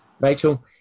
Rachel